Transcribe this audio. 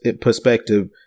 perspective